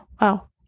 Wow